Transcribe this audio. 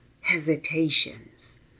hesitations